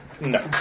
No